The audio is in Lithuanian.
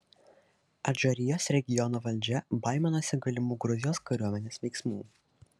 adžarijos regiono valdžia baiminosi galimų gruzijos kariuomenės veiksmų